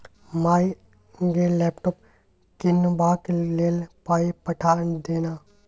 माय गे लैपटॉप कीनबाक लेल पाय पठा दे न